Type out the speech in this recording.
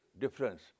difference